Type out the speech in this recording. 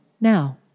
now